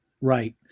Right